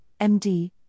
MD